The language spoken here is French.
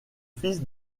fils